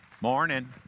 Morning